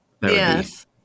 Yes